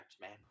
man